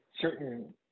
certain